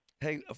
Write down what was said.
Hey